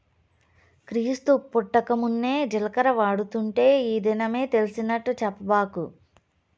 క్రీస్తు పుట్టకమున్నే జీలకర్ర వాడుతుంటే ఈ దినమే తెలిసినట్టు చెప్పబాకు